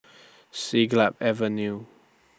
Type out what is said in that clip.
Siglap Avenue